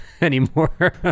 anymore